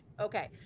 okay